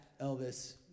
Elvis